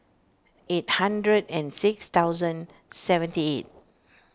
eight hundred and six thousand seventy eight